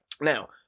Now